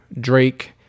Drake